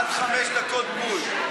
עד חמש דקות בול.